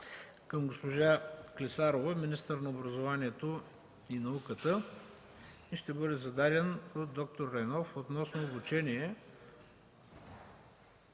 към госпожа Клисарова – министър на образованието и науката, и ще бъде зададен от д-р Райнов относно обучение